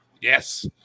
Yes